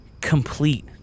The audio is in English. complete